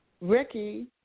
Ricky